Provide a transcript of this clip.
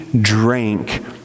drank